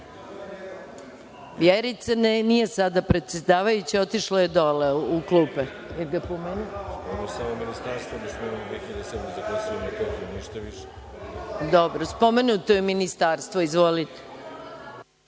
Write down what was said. Vjerica nije sada predsedavajuća. Otišla je dole u klupe. Spomenuto je ministarstvo. Izvolite,